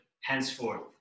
henceforth